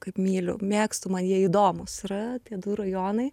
kaip myliu mėgstu man jie įdomūs yra tie du rajonai